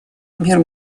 мир